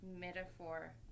metaphor